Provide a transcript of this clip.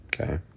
okay